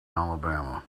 alabama